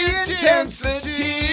intensity